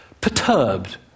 perturbed